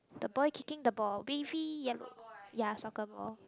the boy kicking the ball baby yellow ya soccer ball